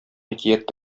әкият